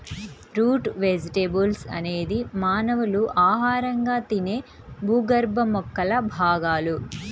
route vegetables అనేది మానవులు ఆహారంగా తినే భూగర్భ మొక్కల భాగాలు